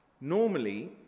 Normally